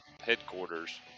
headquarters